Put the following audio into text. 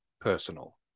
personal